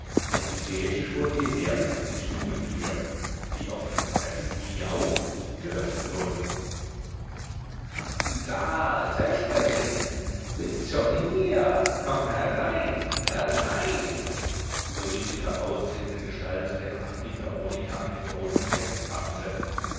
gravitätisch vor ihr her bis an die stubentür die auf ein zweites miau geöffnet wurde ach sieh da töchterchen bist schon hier komm herein herein so rief die heraustretende gestalt deren anblick veronika an den boden